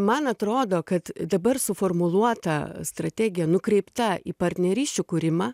man atrodo kad dabar suformuluota strategija nukreipta į partnerysčių kūrimą